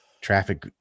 traffic